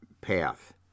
path